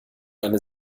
eine